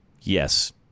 Yes